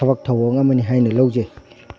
ꯊꯕꯛ ꯊꯧꯔꯝ ꯑꯃꯅꯤ ꯍꯥꯏꯅ ꯂꯧꯖꯩ